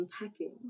unpacking